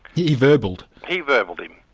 he verballed. he verballed him.